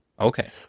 Okay